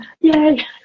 Yay